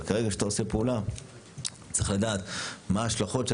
אבל כרגע כשאתה עושה פעולה צריך לדעת מה ההשלכות של